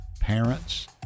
parents